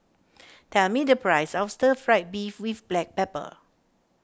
tell me the price of Stir Fried Beef with Black Pepper